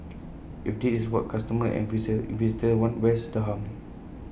if this is what customers and investors want where's the harm